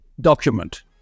document